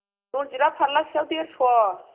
रन्जितआ फारलासेआव देरस'